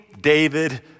David